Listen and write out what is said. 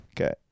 Okay